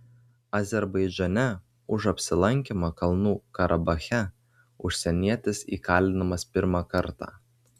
azerbaidžane už apsilankymą kalnų karabache užsienietis įkalinamas pirmą kartą